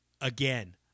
again